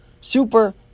Super